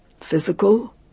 Physical